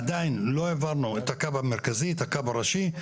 עדיין לא העברנו את הקו המרכזי, את הקו הראשי.